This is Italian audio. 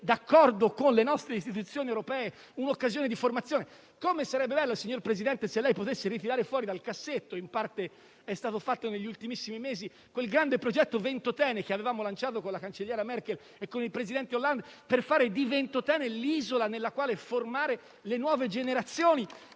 d'accordo con le nostre istituzioni europee, un'occasione di formazione. Come sarebbe bello, signor Presidente, se lei potesse ritirare fuori dal cassetto (in parte è stato fatto negli ultimissimi mesi) quel grande progetto Ventotene che avevamo lanciato con la cancelliera Merkel e con il presidente Hollande, per fare di Ventotene l'isola nella quale formare le nuove generazioni,